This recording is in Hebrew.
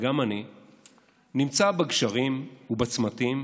גם אני נמצא בגשרים ובצמתים,